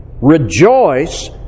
rejoice